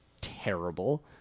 terrible